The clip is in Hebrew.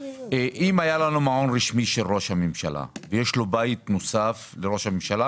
אם היה לנו מעון רשמי של ראש הממשלה ויש בית נוסף לראש הממשלה,